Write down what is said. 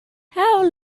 how